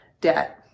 debt